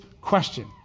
question